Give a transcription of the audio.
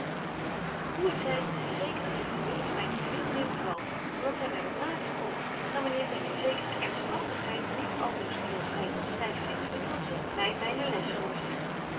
hoe het zy t is zeker dat juffrouw willis my nu veel meer bevalt om dat zy my wat nader komt dan wanneer zy met zekere ernsthaftigheid niet altoos geheel vry van styfheid en bedilzucht my myne